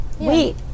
Wait